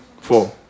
Four